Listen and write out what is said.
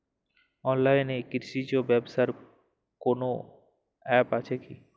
অনলাইনে কৃষিজ ব্যবসার কোন আ্যপ আছে কি?